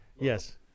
yes